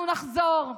אנחנו נחזור,